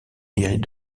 hérite